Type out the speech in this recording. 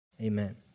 Amen